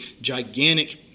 gigantic